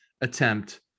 attempt